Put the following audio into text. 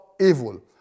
evil